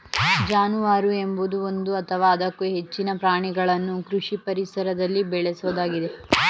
ಜಾನುವಾರು ಎಂಬುದು ಒಂದು ಅಥವಾ ಅದಕ್ಕೂ ಹೆಚ್ಚಿನ ಪ್ರಾಣಿಗಳನ್ನು ಕೃಷಿ ಪರಿಸರದಲ್ಲಿ ಬೇಳೆಸೋದಾಗಿದೆ